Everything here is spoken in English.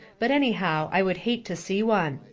but anyhow i would hate to see one.